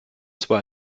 zwar